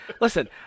Listen